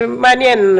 זה מעניין,